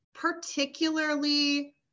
particularly